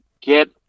get